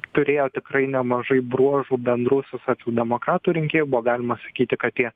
turėjo tikrai nemažai bruožų bendrų su socialdemokratų rinkėju buvo galima sakyti kad tie